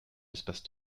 espace